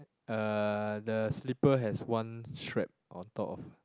uh the slipper has one strap on top of